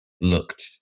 looked